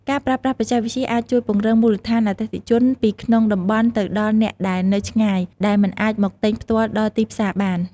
ការប្រើប្រាស់បច្ចេកវិទ្យាអាចជួយពង្រីកមូលដ្ឋានអតិថិជនពីក្នុងតំបន់ទៅដល់អ្នកដែលនៅឆ្ងាយ ដែលមិនអាចមកទិញផ្ទាល់ដល់ទីផ្សារបាន។